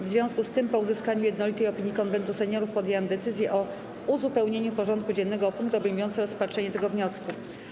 W związku z tym, po uzyskaniu jednolitej opinii Konwentu Seniorów, podjęłam decyzję o uzupełnieniu porządku dziennego o punkt obejmujący rozpatrzenie tego wniosku.